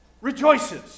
rejoices